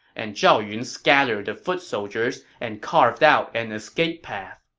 and zhao yun scattered the foot soldiers and carved out an escape path